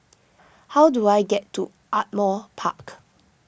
how do I get to Ardmore Park